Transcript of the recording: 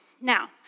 Now